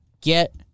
get